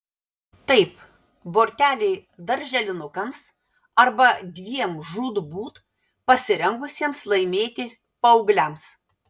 taip borteliai darželinukams arba dviem žūtbūt pasirengusiems laimėti paaugliams